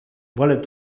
vole